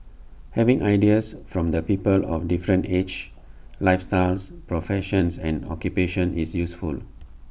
having ideas from the people of different ages lifestyles professions and occupations is useful